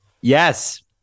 Yes